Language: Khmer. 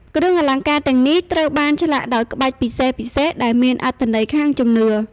គ្រឿងអលង្ការទាំងនេះ ត្រូវបានឆ្លាក់ដោយក្បាច់ពិសេសៗដែលមានអត្ថន័យខាងជំនឿ។